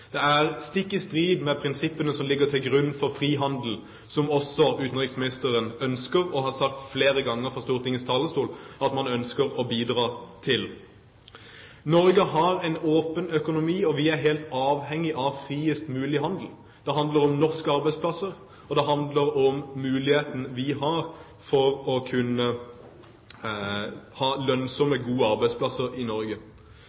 Det er stikk i strid med prinsippene som ligger til grunn for frihandel, som også utenriksministeren ønsker, og som han har sagt fra Stortingets talerstol flere ganger at man ønsker å bidra til. Norge har en åpen økonomi, og vi er helt avhengig av friest mulig handel. Det handler om norske arbeidsplasser, og det handler om muligheten vi har for å kunne ha lønnsomme og gode arbeidsplasser i Norge.